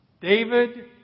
David